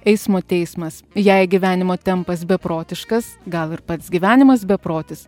eismo teismas jei gyvenimo tempas beprotiškas gal ir pats gyvenimas beprotis